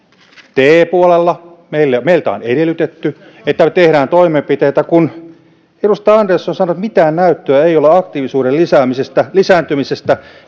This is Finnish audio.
te puolella meiltä meiltä on edellytetty että tehdään toimenpiteitä edustaja andersson sanoi että mitään näyttöä ei ole aktiivisuuden lisääntymisestä